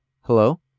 Hello